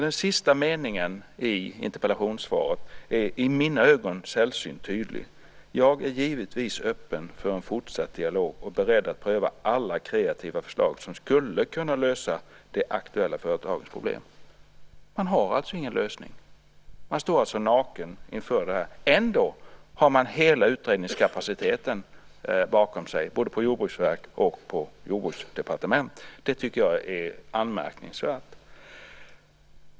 Den sista meningen i interpellationssvaret är i mina ögon sällsynt tydlig: "Jag är givetvis öppen för en fortsatt dialog och beredd att pröva alla kreativa förslag som skulle kunna lösa de aktuella företagens problem." Man har alltså ingen lösning. Man står alltså naken inför det här. Ändå har man hela utredningskapaciteten bakom sig, både på Jordbruksverket och på Jordbruksdepartementet. Det tycker jag är anmärkningsvärt.